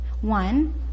one